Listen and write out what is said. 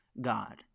God